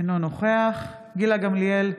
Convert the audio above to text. אינו נוכח גילה גמליאל,